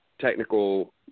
technical